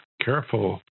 Careful